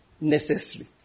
Necessary